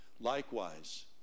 Likewise